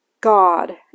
God